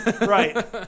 Right